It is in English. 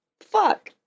Fuck